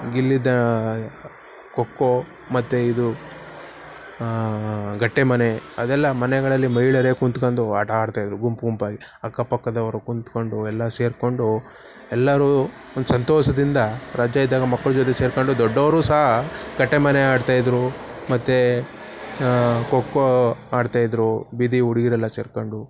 ಗಿಲ್ಲಿದಾ ಖೋಖೋ ಮತ್ತು ಇದು ಗಟ್ಟಿ ಮನೆ ಅದೆಲ್ಲ ಮನೆಗಳಲ್ಲಿ ಮಹಿಳೆಯರೇ ಕೂತ್ಕೊಂಡು ಆಟಾಡ್ತಾಯಿದ್ದರು ಗುಂಪು ಗುಂಪಾಗಿ ಅಕ್ಕಪಕ್ಕದವರು ಕೂತ್ಕೊಂಡು ಎಲ್ಲ ಸೇರಿಕೊಂಡು ಎಲ್ಲರೂ ಒಂದು ಸಂತೋಷದಿಂದ ರಜೆ ಇದ್ದಾಗ ಮಕ್ಳ ಜೊತೆ ಸೇರಿಕೊಂಡು ದೊಡ್ಡವರು ಸಹ ಕಟ್ಟೆ ಮನೆ ಆಡ್ತಾಯಿದ್ದರು ಮತ್ತು ಖೋಖೋ ಆಡ್ತಾಯಿದ್ದರು ಬೀದಿ ಹುಡುಗಿಯರೆಲ್ಲ ಸೇರ್ಕೊಂಡು